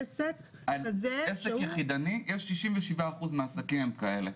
עסק יחידני, שישים ושבעה אחוז מהעסקים הם כאלה.